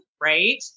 right